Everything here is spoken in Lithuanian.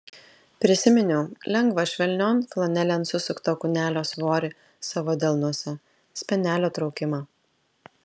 prisiminiau lengvą švelnion flanelėn susukto kūnelio svorį savo delnuose spenelio traukimą